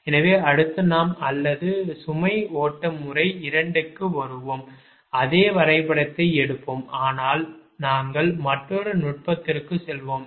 எனவே அடுத்து நாம் அல்லது சுமை ஓட்ட முறை 2 க்கு வருவோம் அதே வரைபடத்தை எடுப்போம் ஆனால் நாங்கள் மற்றொரு நுட்பத்திற்கு செல்வோம்